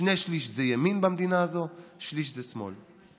שני-שלישים זה ימין במדינה הזאת, ושליש זה שמאל.